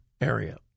area